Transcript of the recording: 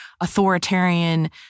authoritarian